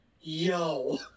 yo